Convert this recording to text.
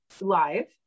live